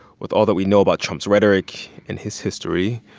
with all that we know about trump's rhetoric and his history,